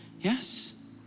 Yes